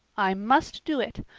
i must do it.